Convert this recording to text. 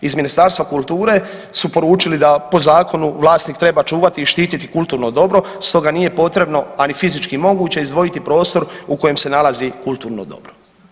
Iz Ministarstva kulture su poručili da po zakonu vlasnik treba čuvati i štititi kulturno dobro, stoga nije potrebno a ni fizički moguće izdvojiti prostor u kojem se nalazi kulturno dobro.